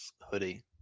hoodie